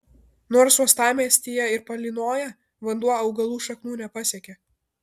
nors uostamiestyje ir palynoja vanduo augalų šaknų nepasiekia